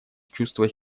чувство